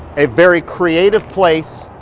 a very creative place